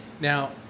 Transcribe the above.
Now